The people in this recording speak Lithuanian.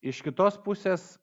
iš kitos pusės